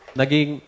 naging